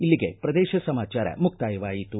ಇಲ್ಲಿಗೆ ಪ್ರದೇಶ ಸಮಾಚಾರ ಮುಕ್ತಾಯವಾಯಿತು